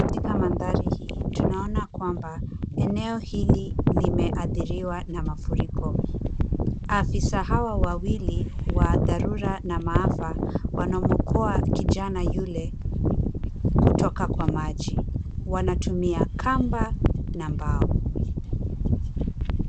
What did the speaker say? Katika mandhari hii tunaona kwamba, eneo hili limeathiriwa na mafuriko. Afisa hawa wawili wa dharura na maafa wanamwokoa kijana yule kutoka kwa maji. Wanatumia kamba na mbao.